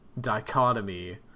dichotomy